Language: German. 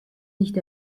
nicht